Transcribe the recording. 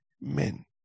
men